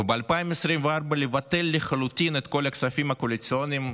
וב-2024 לבטל לחלוטין את כל הכספים הקואליציוניים,